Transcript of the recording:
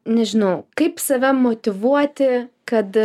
nežinau kaip save motyvuoti kad